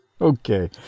Okay